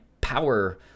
power